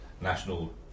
national